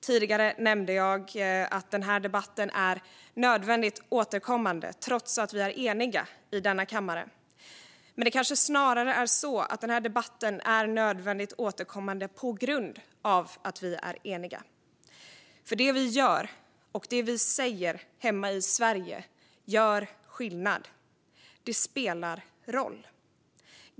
Tidigare nämnde jag att den här debatten är nödvändigt återkommande trots att vi är eniga i denna kammare. Men det kanske snarare är så att den här debatten är nödvändigt återkommande på grund av att vi är eniga, för det vi gör och det vi säger hemma i Sverige gör skillnad. Det spelar roll.